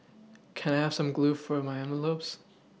can I have some glue for my envelopes